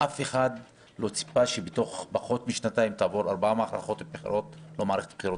אף אחד לא ציפה שבתוך פחות משנתיים נעבור ארבע מערכות בחירות,